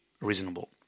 reasonable